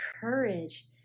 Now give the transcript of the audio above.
courage